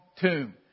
tomb